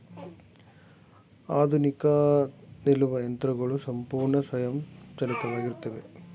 ಆಧುನಿಕ ತ್ತಿ ನೂಲುವ ಯಂತ್ರಗಳು ಸಂಪೂರ್ಣ ಸ್ವಯಂಚಾಲಿತವಾಗಿತ್ತವೆ